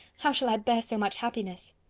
how shall i bear so much happiness!